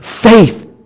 Faith